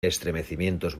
estremecimientos